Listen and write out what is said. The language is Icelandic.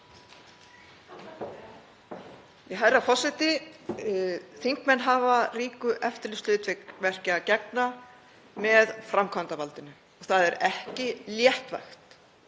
Það er ekki léttvægt.